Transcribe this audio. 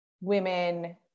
women